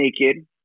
naked